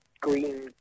green